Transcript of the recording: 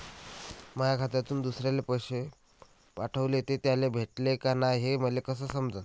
माया खात्यातून दुसऱ्याले पैसे पाठवले, ते त्याले भेटले का नाय हे मले कस समजन?